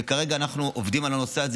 וכרגע אנחנו עובדים על הנושא הזה,